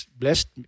blessed